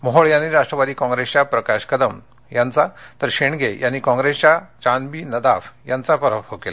मोहोळ यांनी राष्ट्रवादी काँग्रेसच्या प्रकाश कदम यांचा तर शेंडगे यांनी काँग्रेसच्या चांदबी नदाफ यांचा पराभव केला